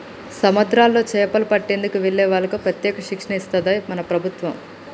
సముద్రాల్లో చేపలు పట్టేందుకు వెళ్లే వాళ్లకి ప్రత్యేక శిక్షణ ఇస్తది మన ప్రభుత్వం